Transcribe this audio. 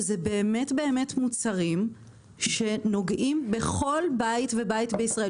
שזה באמת באמת מוצרים שנוגעים בכל בית ובית בישראל,